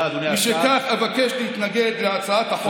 משכך, אבקש להתנגד להצעת החוק.